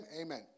amen